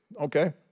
Okay